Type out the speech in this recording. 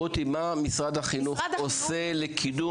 רותי, מה משרד החינוך עושה לקידום